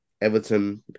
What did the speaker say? Everton